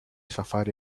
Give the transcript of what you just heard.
safari